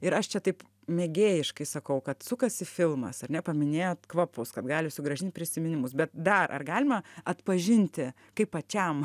ir aš čia taip mėgėjiškai sakau kad sukasi filmas ar ne paminėjot kvapus kad gali sugrąžint prisiminimus bet dar galima atpažinti kaip pačiam